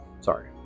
Sorry